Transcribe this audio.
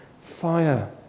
fire